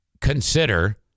Consider